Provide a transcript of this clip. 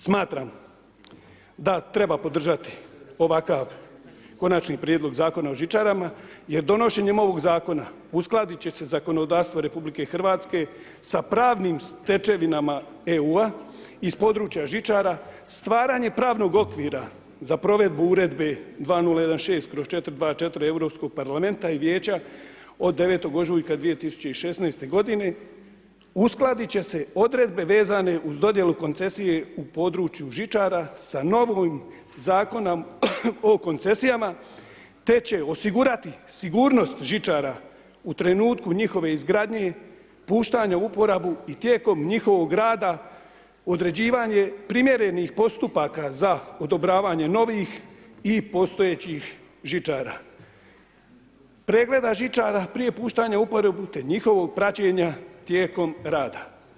Smatram da treba podržati ovakav Konačni prijedlog Zakona o žičarama jer donošenjem ovoga Zakona uskladiti će se zakonodavstvo RH sa pravnim stečevinama EU iz područja žičara, stvaranje pravnog okvira za provedbu Uredbe 2016/424 Europskog parlamenta i Vijeća od 9. ožujka 2016. godine uskladiti će se odredbe vezane uz dodjelu koncesije u području žičara sa novim Zakonom o koncesijama te će osigurati sigurnost žičara u trenutku njihove izgradnje, puštanja u uporabu i tijekom njihovog rada određivanje primjerenih postupaka za odobravanje novih i postojećih žičara, pregleda žičara prije puštanja u uporabu te njihovog praćenja tijekom rada.